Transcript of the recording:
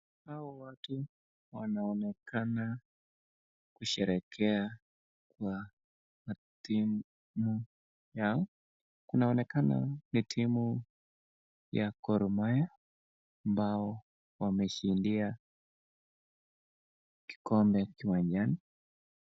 Hawa watu wanaonekana kusherekea kwa timu yao. Kunaonekana ni timu ya Gormahia na wameshindia kikombe kiwanjani.